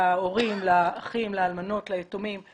להורים, לאחים, לאלמנות, ליתומים,